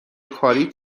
کاری